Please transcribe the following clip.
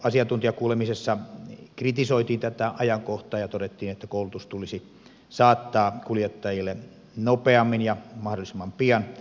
asiantuntijakuulemisessa kritisoitiin tätä ajankohtaa ja todettiin että koulutus tulisi saattaa kuljettajille nopeammin ja mahdollisimman pian